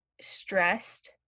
Stressed